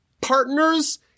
partners